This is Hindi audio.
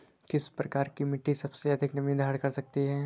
किस प्रकार की मिट्टी सबसे अधिक नमी धारण कर सकती है?